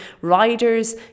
riders